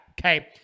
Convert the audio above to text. okay